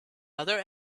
other